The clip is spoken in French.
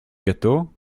gâteaux